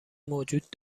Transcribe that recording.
موجود